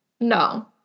No